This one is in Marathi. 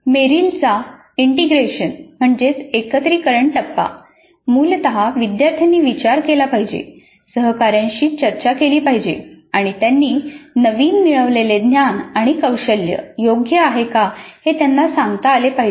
मेरिलचा एकत्रीकरण टप्पा मूलत विद्यार्थ्यांनी विचार केला पाहिजे सहकार्यांशी चर्चा केली पाहिजे आणि त्यांनी नवीन मिळवलेले ज्ञान आणि कौशल्य योग्य आहे हे त्यांना सांगता आले पाहिजे